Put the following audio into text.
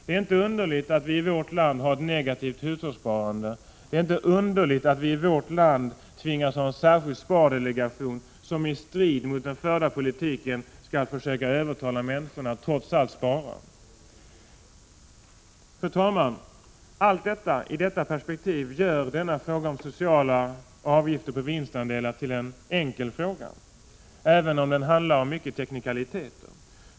Det är inte underligt att vi i vårt land har ett negativt hushållssparande, och det är inte underligt att vi i vårt land tvingas ha en särskild spardelegation som i strid mot den förda politiken skall försöka övertala människorna att trots allt spara. Fru talman! I detta perspektiv är denna frågan om sociala avgifter på vinstandelar enkel, även om den handlar om många teknikaliteter.